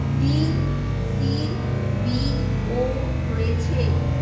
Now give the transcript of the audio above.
D C B ও রয়েছে